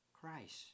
Christ